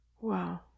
Wow